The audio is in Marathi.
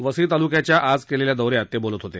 वसई ताल्क्याच्या आज केलेल्या दौऱ्यात ते बोलत होते